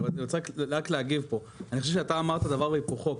אני רק רוצה להגיב פה: אני חושב שאמרת דבר והיפוכו,